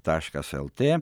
taškas lt